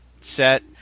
set